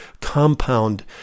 compound